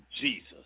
Jesus